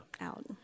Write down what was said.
out